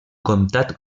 comtat